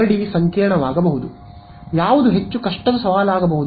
ಗಡಿ ಸಂಕೀರ್ಣವಾಗಬಹುದು ಯಾವುದು ಹೆಚ್ಚು ಕಷ್ಟದ ಸವಾಲಾಗಬಹುದು